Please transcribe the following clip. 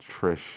Trish